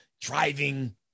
driving